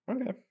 Okay